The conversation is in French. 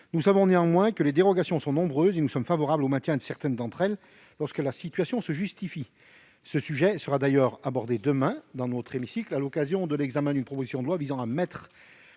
nous savons que les dérogations sont nombreuses et nous sommes favorables au maintien de certaines d'entre elles lorsque la situation le justifie. Ce sujet sera d'ailleurs abordé demain lors de l'examen en séance de la proposition de loi visant à mettre